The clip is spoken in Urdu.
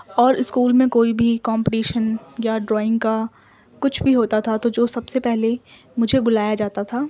اور اسکول میں کوئی بھی کمپٹیشن یا ڈرائنگ کا کچھ بھی ہوتا تھا تو جو سب سے پہلے مجھے بلایا جاتا تھا